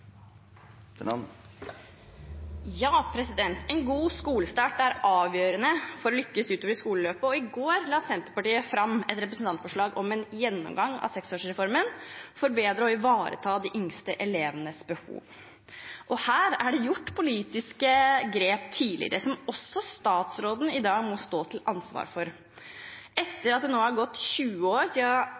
avgjørende for å lykkes utover i skoleløpet, og i går la Senterpartiet fram et representantforslag om en gjennomgang av seksårsreformen for bedre å ivareta de yngste elevenes behov. Her er det gjort politiske grep tidligere, som også statsråden i dag må stå til ansvar for. Etter at det nå er gått 20 år